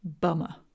Bummer